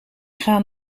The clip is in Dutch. gaan